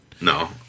No